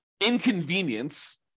inconvenience